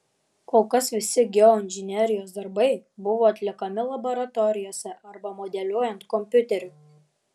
kol kas visi geoinžinerijos darbai buvo atliekami laboratorijose arba modeliuojant kompiuteriu